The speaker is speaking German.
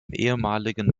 ehemaligen